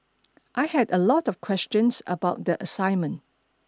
I had a lot of questions about the assignment